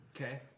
Okay